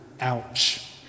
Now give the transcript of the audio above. ouch